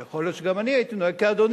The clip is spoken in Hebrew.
אבל יכול להיות שגם אני הייתי נוהג כאדוני,